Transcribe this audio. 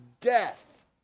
death